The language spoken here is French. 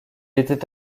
était